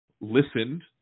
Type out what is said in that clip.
listened